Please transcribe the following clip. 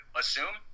assume